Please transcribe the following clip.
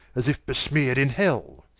as if besmear'd in hell.